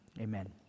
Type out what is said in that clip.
Amen